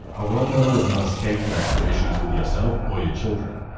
a role model is not a scapegoat for issues with yourself or your children.